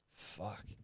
Fuck